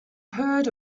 heard